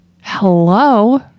Hello